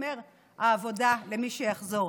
תישמר העבודה למי שיחזור.